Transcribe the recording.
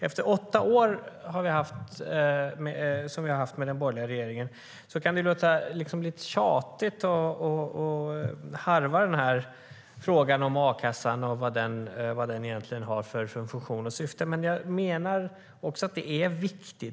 Efter åtta år med den borgerliga regeringen kan det låta lite tjatigt att harva den här frågan om a-kassan och vilken funktion och vilket syfte den egentligen har. Men jag menar att det är viktigt.